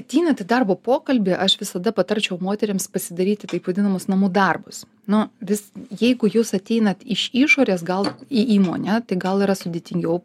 ateinat į darbo pokalbį aš visada patarčiau moterims pasidaryti taip vadinamus namų darbus nu vis jeigu jūs ateinat iš išorės gal į įmonę tai gal yra sudėtingiau